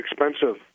expensive